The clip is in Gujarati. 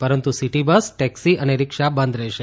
પરંતુ સિટી બસ ટૅક્સી અને રિક્ષા બંધ રહેશે